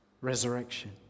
resurrection